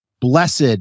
blessed